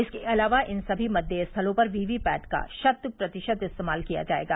इसके अलावा इन सभी मतदेय स्थलों पर वीवीपैट का शत प्रतिशत इस्तेमाल किया जायेगा